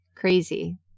Crazy